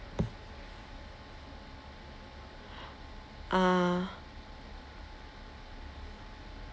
ah